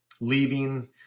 leaving